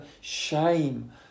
shame